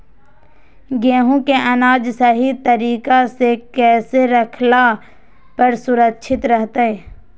गेहूं के अनाज सही तरीका से कैसे रखला पर सुरक्षित रहतय?